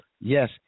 yes